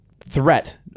threat